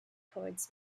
towards